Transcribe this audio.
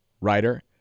writer